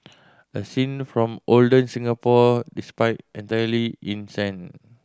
a scene from olden Singapore despite entirely in sand